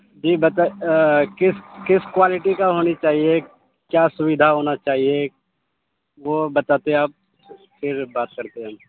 جی بتا کس کس کوالٹی کا ہونی چاہیے کیا سویدھا ہونا چاہیے وہ بتاتے ہیں آپ پھر بات کرتے ہیں ہم